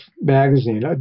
magazine